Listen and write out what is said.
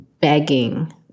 begging